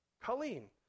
Colleen